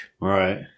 Right